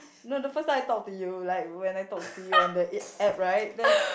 no the first time I talk to you like when I talk to you on the A app right then